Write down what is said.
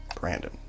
Brandon